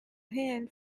hail